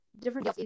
different